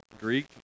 Greek